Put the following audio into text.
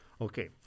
Okay